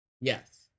Yes